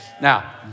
Now